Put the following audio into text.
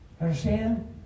Understand